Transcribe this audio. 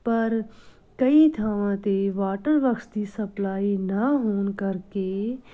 ਪਰ ਕਈ ਥਾਵਾਂ 'ਤੇ ਵਾਟਰ ਬਾਕਸ ਦੀ ਸਪਲਾਈ ਨਾ ਹੋਣ ਕਰਕੇ